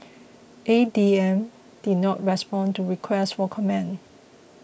A D M did not respond to requests for comment